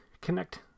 connect